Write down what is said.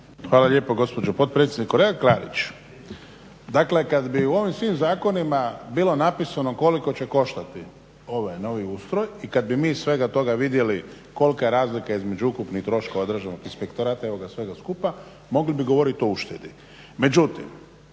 Hvala lijepo gospođo potpredsjednice. Kolega Klarić, dakle kad bi u svim zakonima bilo napisano koliko će koštati ovaj novi ustroj i kad bi mi iz svega toga vidjeli kolika je razlika između ukupnih troškova državnog inspektorata i ovoga svega skupa mogli bi govorit o uštedi.